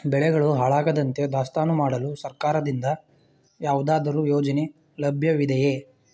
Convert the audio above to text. ಬೆಳೆಗಳು ಹಾಳಾಗದಂತೆ ದಾಸ್ತಾನು ಮಾಡಲು ಸರ್ಕಾರದಿಂದ ಯಾವುದಾದರು ಯೋಜನೆ ಲಭ್ಯವಿದೆಯೇ?